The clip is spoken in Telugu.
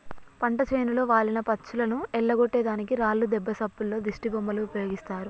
పంట చేనులో వాలిన పచ్చులను ఎల్లగొట్టే దానికి రాళ్లు దెబ్బ సప్పుల్లో దిష్టిబొమ్మలు ఉపయోగిస్తారు